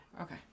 Okay